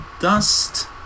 Dust